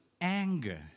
anger